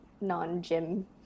non-gym